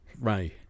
Ray